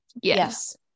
Yes